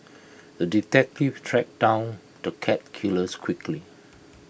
the detective tracked down the cat killers quickly